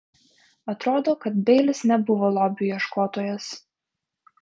atrodo kad beilis nebuvo lobių ieškotojas